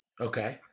Okay